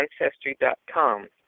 Ancestry.com